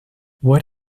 what